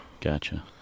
gotcha